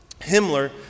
Himmler